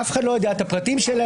אף אחד לא יודע את הפרטים שלהן,